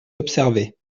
observer